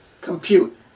compute